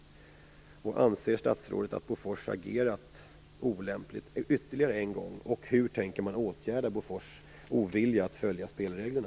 Och ytterligare en gång: Anser statsrådet att Bofors agerat olämpligt, och hur tänker man åtgärda Bofors ovilja att följa spelreglerna?